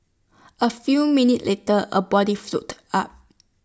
A few minutes later A body floated up